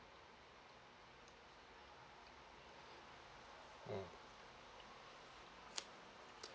mm